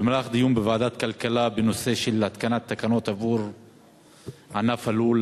במהלך דיון בוועדת הכלכלה בנושא התקנת תקנות עבור ענף הלול,